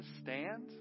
stand